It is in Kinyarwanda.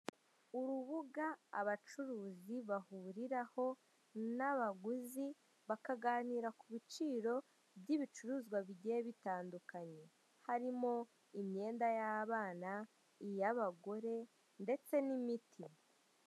Urubuga abacuruzi bahuriraho n'abaguzi, bakaganira ku biciro by'ibicuruzwa bigiye bitandukanye harimi imyenda y'abana, iy'abagore ndetse n'imiti.